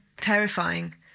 terrifying